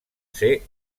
ser